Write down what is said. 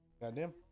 Goddamn